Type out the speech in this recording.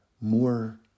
more